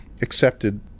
accepted